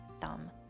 thumb